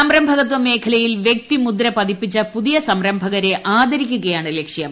സംരംഭകത്വ മേഖലയിൽ വൃക്തിമുദ്ര പതിപ്പിച്ച പുതിയ സംരംഭകരെ ആദരിക്കുകയാണ് ലക്ഷ്യം